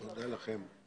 תודה לכם.